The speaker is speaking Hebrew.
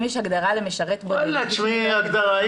אם יש הגדרה למשרת בודד ש --- אם הוא משרת